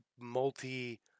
multi